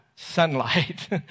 Sunlight